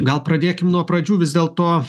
gal pradėkim nuo pradžių vis dėlto